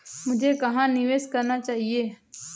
मुझे कहां निवेश करना चाहिए?